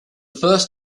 first